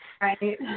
Right